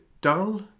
dull